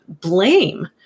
blame